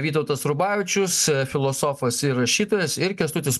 vytautas rubavičius filosofas ir rašytojas ir kęstutis